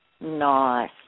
Nice